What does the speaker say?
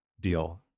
deal